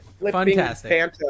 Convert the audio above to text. fantastic